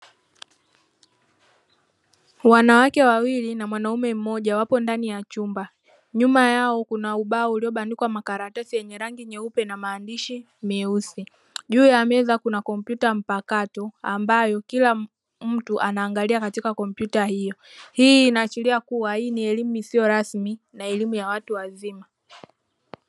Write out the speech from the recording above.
Wanawake wawili na mwanaume mmoja wapo ndani ya chumba nyuma yao kuna ubao, uliyobandikwa makaratasi yenye rangi nyeupe na maandishi meusi juu ya meza kuna kompyuta mpakato ambayo kila mtu anaangalia katika kompyuta hio hii inaashilia kuwa hii ni elimu isiyo rasmi na elimu ya watu wazima.